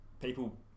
people